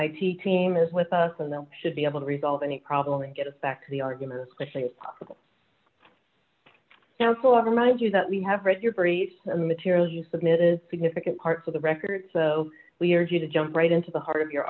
id team is with us and then should be able to resolve any problem and get us back to the argument especially as possible now so i remind you that we have read your briefs and materials you submitted significant parts of the record so we are due to jump right into the heart of your